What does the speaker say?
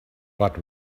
but